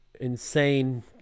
insane